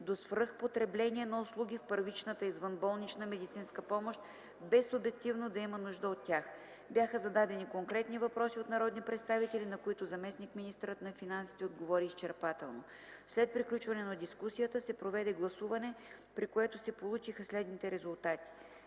до свръхпотребление на услуги в първичната извънболнична медицинска помощ, без обективно да има нужда от тях. Бяха зададени конкретни въпроси от народни представители, на които заместник-министърът на финансите отговори изчерпателно. След приключване на дискусията се проведе гласуване, при което се получиха следните резултати: